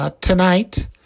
tonight